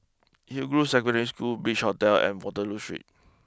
Hillgrove Secondary School Beach Hotel and Waterloo Street